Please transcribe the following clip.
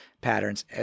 patterns